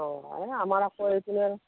অ এ আমাৰ আকৌ এইপিনে